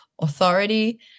authority